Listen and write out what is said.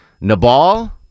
Nabal